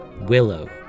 Willow